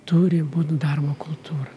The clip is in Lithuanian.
turi būt darbo kultūra